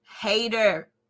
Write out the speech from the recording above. hater